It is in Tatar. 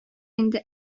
инде